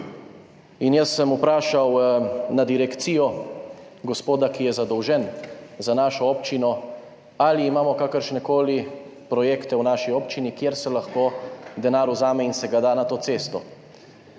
In jaz sem vprašal na direkcijo gospoda, ki je zadolžen za našo občino, ali imamo kakršnekoli projekte v naši občini, kjer se lahko denar vzame in se ga da na to cesto.